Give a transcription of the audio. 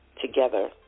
together